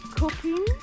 cooking